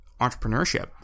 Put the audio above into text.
entrepreneurship